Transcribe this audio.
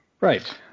right